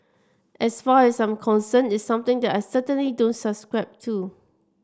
as far as I'm concerned it's something that I certainly don't subscribe to